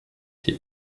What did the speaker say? die